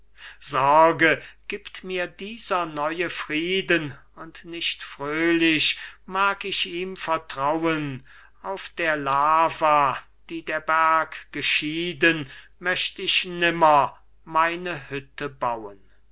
sorge gibt mir dieser neue frieden und nicht fröhlich mag ich ihm vertrauen auf der lava die der berg geschieden möcht ich nimmer meine hütte bauen